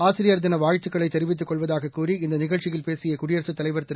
ஆசிரியர் தின வாழ்த்துக்களை தெரிவித்துக் கொள்வதாக கூறி இந்த நிகழ்ச்சியில் பேசிய குடியரசுத் தலைவர் திரு